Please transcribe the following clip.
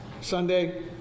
Sunday